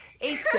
eight